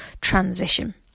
transition